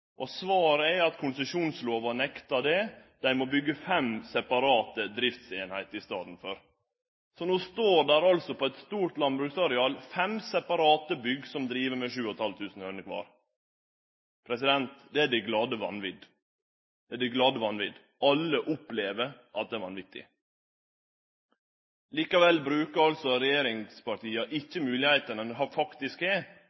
drift. Svaret var at konsesjonslova nektar det, dei måtte byggje fem separate driftseiningar i staden. Så no står det altså på eit stort landbruksareal fem separate bygg der ein driv med 7 500 høner i kvart. Det er det glade vanvit! Alle synest at det er vanvitig. Likevel bruker regjeringspartia